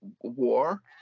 war